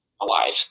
alive